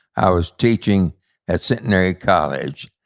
i was teaching at centenary college.